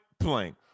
playing